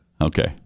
Okay